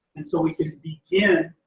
and so we can begin.